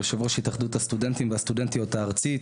יושב ראש התאחדות הסטודנטים והסטודנטיות הארצית.